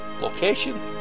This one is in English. Location